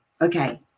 okay